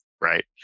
right